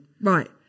right